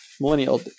millennial